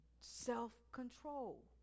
Self-control